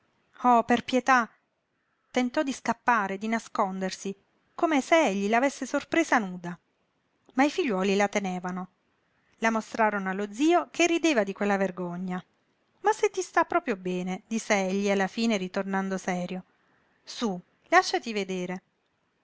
oh per pietà tentò di scappare di nascondersi come se egli l'avesse sorpresa nuda ma i figliuoli la tenevano la mostrarono allo zio che rideva di quella vergogna ma se ti sta proprio bene disse egli alla fine ritornando serio sú làsciati vedere